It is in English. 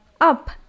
up